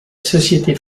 société